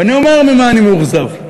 ואני אומר ממה אני מאוכזב.